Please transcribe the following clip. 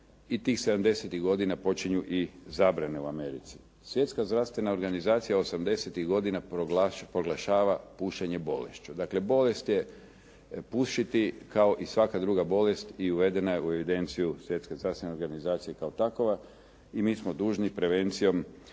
i tih 70-tih godina počinju i zabrane u Americi. Svjetska zdravstvena organizacija 80-tih godina proglašava pušenje bolešću. Dakle, bolest je pušiti kao i svaka druga bolest i uvedena je u evidenciju Svjetske zdravstvene organizacije kao takova i mi smo dužni prevencijom